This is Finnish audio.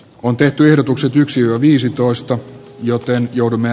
on tehty odotukset yksi viisitoista joten joudumme